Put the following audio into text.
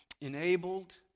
enabled